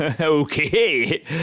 Okay